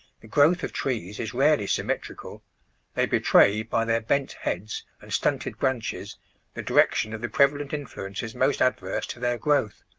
the growth of trees is rarely symmetrical they betray by their bent heads and stunted branches the direction of the prevalent influences most adverse to their growth.